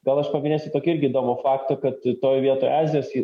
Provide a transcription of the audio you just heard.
gal aš paminėsiu tokį irgi įdomų faktą kad toj vietoj azijos